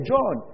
John